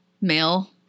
male